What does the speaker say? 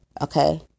Okay